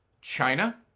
China